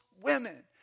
women